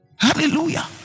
hallelujah